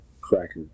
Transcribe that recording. Cracker